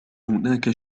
هناك